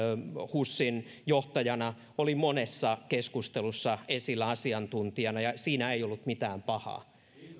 husin johtajana oli monessa keskustelussa esillä asiantuntijana ja siinä ei ollut mitään pahaa